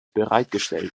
bereitgestellt